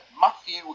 Matthew